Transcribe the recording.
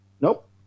Nope